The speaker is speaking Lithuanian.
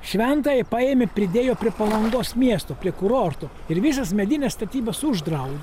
šventąją paėmė pridėjo prie palangos miesto prie kurorto ir visas medines statybas uždraud